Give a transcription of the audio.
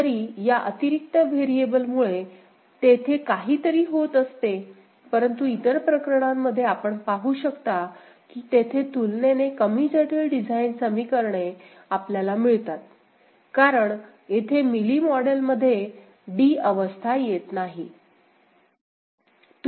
जरी या अतिरिक्त व्हेरिएबलमुळे तेथे काहीतरी होत असते परंतु इतर प्रकरणांमध्ये आपण पाहू शकता की तेथे तुलनेने कमी जटिल डिझाइन समीकरणे आपल्याला मिळतात कारण येथे मिली मॉडेलमध्ये d अवस्था येत नाही